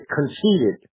Conceited